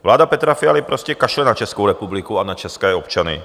Vláda Petra Fialy prostě kašle na Českou republiku a na české občany.